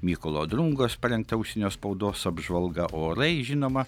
mykolo drungos parengta užsienio spaudos apžvalga orai žinoma